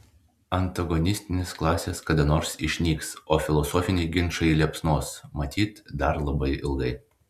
antagonistinės klasės kada nors išnyks o filosofiniai ginčai liepsnos matyt dar labai ilgai